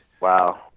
Wow